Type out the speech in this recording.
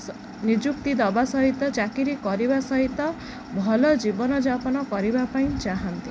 ନିଯୁକ୍ତି ଦବା ସହିତ ଚାକିରୀ କରିବା ସହିତ ଭଲ ଜୀବନଯାପନ କରିବା ପାଇଁ ଚାହାଁନ୍ତି